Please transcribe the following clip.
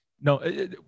No